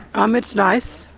um it's nice,